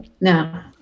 No